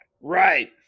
Right